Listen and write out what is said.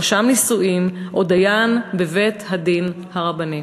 רשם נישואין או דיין בבית-הדין הרבני.